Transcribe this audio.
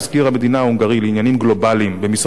ההונגרי לעניינים גלובליים במשרד החוץ,